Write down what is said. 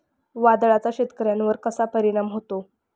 वादळाचा शेतकऱ्यांवर कसा परिणाम होतो?